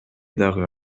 дагы